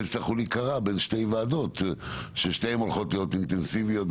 יצטרכו להיקרע בין שתי ועדות שהולכות להיות אינטנסיביות.